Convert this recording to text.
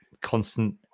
constant